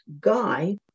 guy